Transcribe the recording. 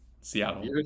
Seattle